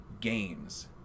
games